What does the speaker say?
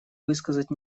высказать